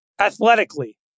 athletically